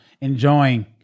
enjoying